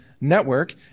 network